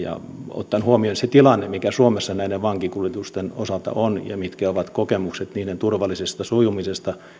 ottaen huomioon se tilanne mikä suomessa näiden vankikuljetusten osalta on ja mitkä ovat kokemukset niiden turvallisesta sujumisesta